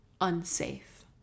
unsafe